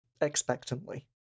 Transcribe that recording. expectantly